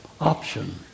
option